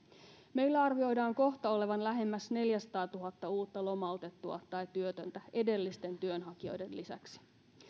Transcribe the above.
meillä arvioidaan kohta olevan lähemmäs neljäsataatuhatta uutta lomautettua tai työtöntä edellisten työnhakijoiden lisäksi